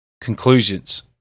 Conclusions